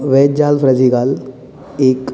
veg जालफ्रायझी घाल एक